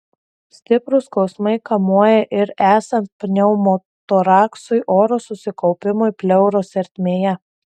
stiprūs skausmai kamuoja ir esant pneumotoraksui oro susikaupimui pleuros ertmėje